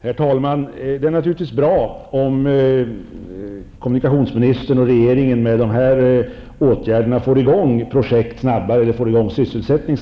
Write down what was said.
Herr talman! Det är naturligtvis bra om kommunikationsministern och regeringen med dessa åtgärder snabbare får i gång projekt och sysselsättning.